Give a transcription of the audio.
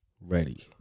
Ready